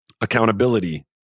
accountability